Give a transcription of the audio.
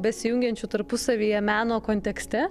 besijungiančių tarpusavyje meno kontekste